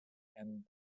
and